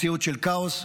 מציאות של כאוס,